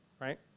right